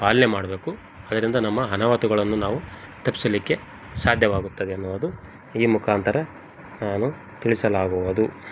ಪಾಲನೆ ಮಾಡಬೇಕು ಅದರಿಂದ ನಮ್ಮ ಅನಾಹುತಗಳನ್ನು ನಾವು ತಪ್ಪಿಸಲಿಕ್ಕೆ ಸಾಧ್ಯವಾಗುತ್ತದೆ ಎನ್ನುವುದು ಈ ಮುಖಾಂತರ ನಾನು ತಿಳಿಸಲಾಗುವುದು